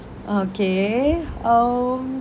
okay um